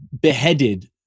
beheaded